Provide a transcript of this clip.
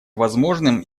возможным